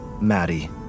Maddie